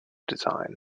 design